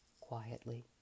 quietly